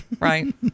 right